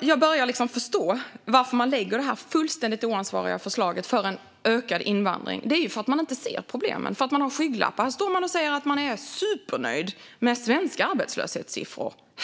Jag börjar liksom förstå varför man lägger fram detta fullständigt oansvariga förslag om ökad invandring. Det är ju för att man inte ser problemen - för att man skygglappar. Här står man och säger att man är supernöjd med svenska arbetslöshetssiffror.